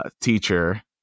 teacher